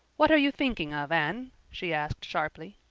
what are you thinking of, anne? she asked sharply.